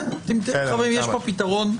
חברים, יש פה פתרון,